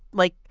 like,